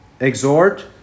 exhort